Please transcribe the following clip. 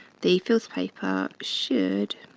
the fills paper should